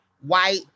white